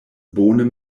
bone